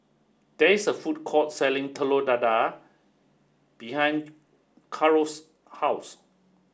there is a food court selling Telur Dadah behind Caro's house